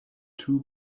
too